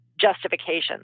justifications